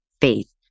faith